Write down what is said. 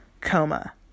coma